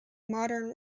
modern